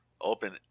Open